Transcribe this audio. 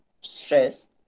stress